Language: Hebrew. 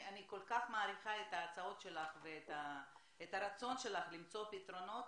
אני כל כך מעריכה את ההצעות שלך ואת הרצון שלך למצוא פתרונות,